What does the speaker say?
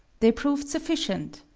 they proved sufficient,